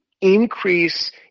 increase